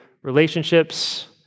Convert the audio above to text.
relationships